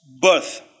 birth